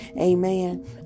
Amen